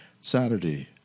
Saturday